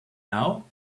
now